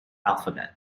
alphabet